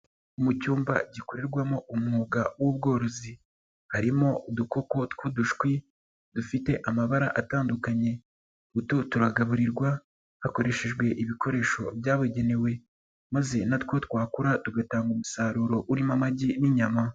Mu cyumba gikorerwamo umwuga w'ubworozi, harimo udukoko tw'udushwi dufite amabara atandukanye, utu turagaburirwa hakoreshejwe ibikoresho byabugenewe maze na two twakura tugatanga umusaruro urimo amagi n'inyama.